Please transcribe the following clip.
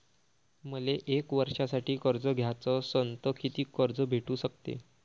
मले एक वर्षासाठी कर्ज घ्याचं असनं त कितीक कर्ज भेटू शकते?